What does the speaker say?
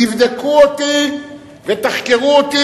תבדקו אותי ותחקרו אותי,